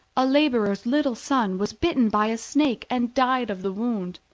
a labourer's little son was bitten by a snake and died of the wound.